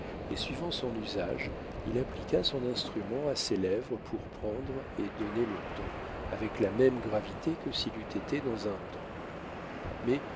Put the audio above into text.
et suivant son usage il appliqua son instrument à ses lèvres pour prendre et donner le ton avec la même gravité que s'il eût été dans un temple mais